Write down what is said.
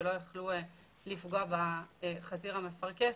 שלא יוכלו לפגוע בחזיר המפרכס,